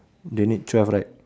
they need twelve right